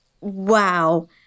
Wow